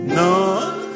none